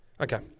Okay